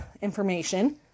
information